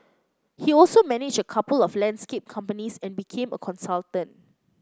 he also managed a couple of landscape companies and became a consultant